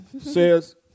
says